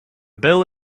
bill